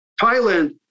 Thailand